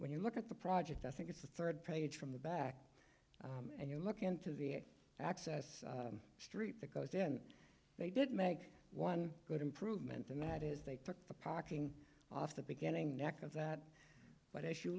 when you look at the project i think it's the third page from the back and you look into the access street that goes in they did make one good improvement and that is they took the parking off the beginning neck of that but if you